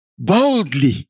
Boldly